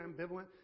ambivalent